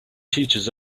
teaches